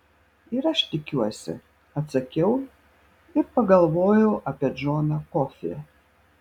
ir aš tikiuosi atsakiau ir pagalvojau apie džoną kofį